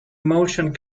motion